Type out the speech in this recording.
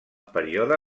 període